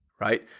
right